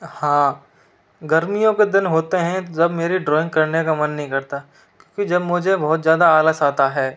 हाँ गर्मियों के दिन होते हैं जब मेरी ड्राॅइंग करने का मन नहीं करता क्योंकि जब मुझे बहुत ज़्यादा आलस आता है